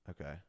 okay